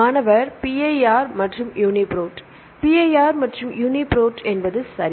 மாணவர் PIR மற்றும் UniProt PIR மற்றும் யூனிபிரோட் என்பது சரி